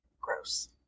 Gross